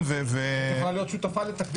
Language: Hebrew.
אנחנו שמחים שאין תקדים